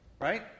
Right